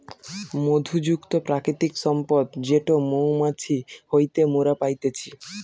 মধু যুক্ত প্রাকৃতিক সম্পদ যেটো মৌমাছি হইতে মোরা পাইতেছি